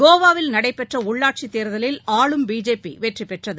கோவாவில் நடைபெற்றஉள்ளாட்சித் தேர்தலில் ஆளும் பிஜேபிவெற்றிபெற்றது